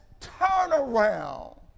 turnaround